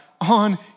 on